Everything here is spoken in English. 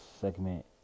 segment